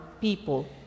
people